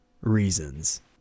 reasons